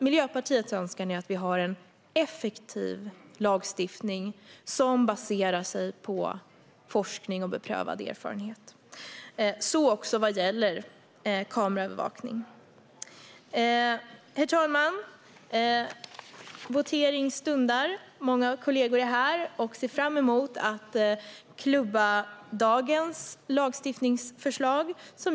Miljöpartiets önskan är att vi har en effektiv lagstiftning som baseras på forskning och beprövad erfarenhet. Det gäller också kameraövervakning. Herr talman! Votering stundar. Många kollegor är här och ser fram emot att klubba dagens lagstiftningsförslag.